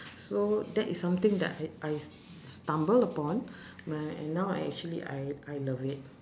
so that is something that I I s~ stumble upon when now I actually I I love it